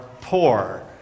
poor